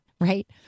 right